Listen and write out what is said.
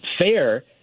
fair